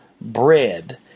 bread